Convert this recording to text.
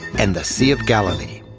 and the sea of galilee.